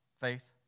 Faith